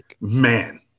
Man